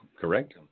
correct